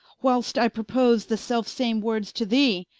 whil'st i propose the selfe-same words to thee,